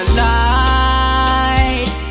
light